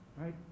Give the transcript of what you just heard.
right